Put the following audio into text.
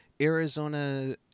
Arizona